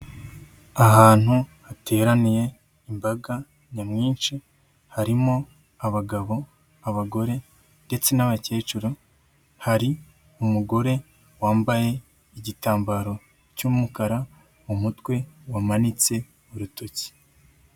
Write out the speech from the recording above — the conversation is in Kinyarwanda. Ahantu hateraniye imbaga nyamwinshi harimo abagabo, abagore ndetse n'abakecuru, hari umugore wambaye igitambaro cy'umukara mu mutwe wamanitse urutoki.